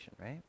right